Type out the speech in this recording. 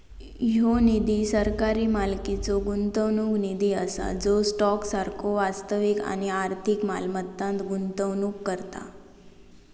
ह्यो निधी सरकारी मालकीचो गुंतवणूक निधी असा जो स्टॉक सारखो वास्तविक आणि आर्थिक मालमत्तांत गुंतवणूक करता